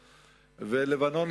ולבנון,